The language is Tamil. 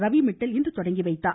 ரவி மிட்டல் இன்று தொடங்கி வைத்தார்